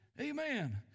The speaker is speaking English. Amen